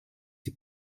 die